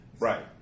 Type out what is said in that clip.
Right